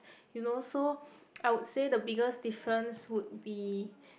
you know so I would say the biggest difference would be